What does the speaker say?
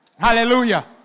Hallelujah